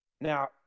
Now